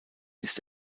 ist